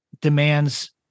demands